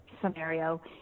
scenario